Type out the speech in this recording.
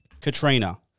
Katrina